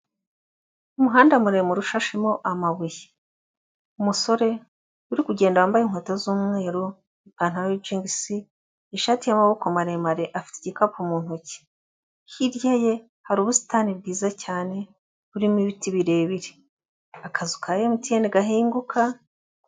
Umuhanda muremure ushashemo amabuye. Umusore uri kugenda wambaye inkweto z'umweru, ipantaro y'ijingisi, ishati y'amaboko maremare afite igikapu mu ntoki, hirya ye hari ubusitani bwiza cyane burimo ibiti birebire, akazu ka MTN gahinguka.